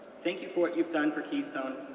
thank you for what you've done for keystone,